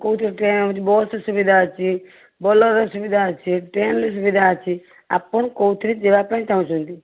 କେଉଁଠି ବସ୍ ସୁବିଧା ଅଛି ବୋଲୋରର ସୁବିଧା ଅଛି ଟ୍ରେନର ସୁବିଧା ଅଛି ଆପଣ କେଉଁଥିରେ ଯିବା ପାଇଁ ଚାହୁଁଛନ୍ତି